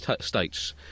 states